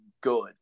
good